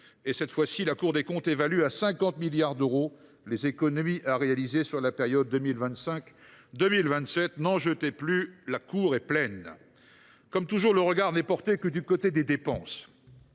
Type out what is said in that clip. devant nous et la Cour des comptes évalue à 50 milliards d’euros les économies à réaliser sur la période 2025 2027. N’en jetez plus, la cour est pleine ! Comme toujours, le regard ne se porte que sur les dépenses.